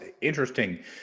interesting